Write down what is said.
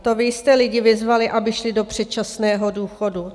To vy jste lidi vyzvali, aby šli do předčasného důchodu.